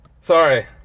sorry